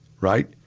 right